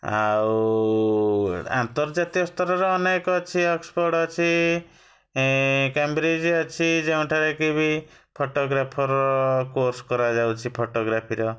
ଆଉ ଆନ୍ତର୍ଜାତୀୟ ସ୍ତରରେ ଅନେକ ଅଛି ଅକ୍ସଫୋର୍ଡ଼ ଅଛି କ୍ୟାମ୍ବ୍ରିଜ୍ ଅଛି ଯେଉଁଠାରେ କି ବି ଫଟୋଗ୍ରାଫର୍ର କୋର୍ସ କରାଯାଉଛି ଫଟୋଗ୍ରାଫିର